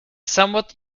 somewhat